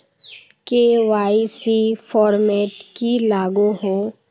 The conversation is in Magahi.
के.वाई.सी फॉर्मेट की लागोहो?